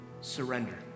surrender